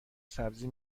سبزی